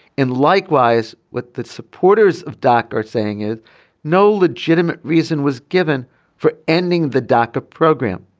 and likewise with the supporters of doctors saying it no legitimate reason was given for ending the doctor program.